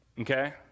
Okay